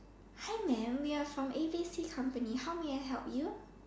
hi mam we're from A B C company how may I help you